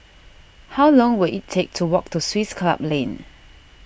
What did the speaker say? how long will it take to walk to Swiss Club Lane